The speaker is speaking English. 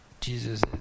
Jesus